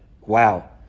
Wow